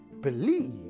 believe